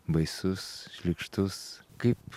baisus šlykštus kaip